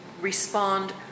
respond